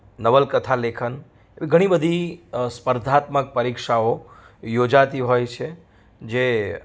નવલકથા લેખન ઘણી બધી સ્પર્ધાત્મક પરીક્ષાઓ યોજાતી હોય છે જે